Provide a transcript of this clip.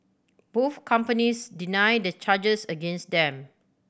both companies deny the charges against them